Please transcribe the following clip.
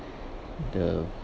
the